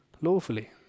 lawfully